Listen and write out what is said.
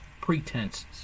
pretenses